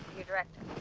your director.